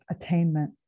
attainment